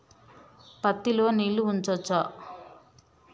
పత్తి లో నీళ్లు ఉంచచ్చా?